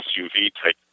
SUV-type